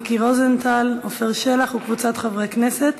מיקי רוזנטל ועפר שלח וקבוצת חברי הכנסת,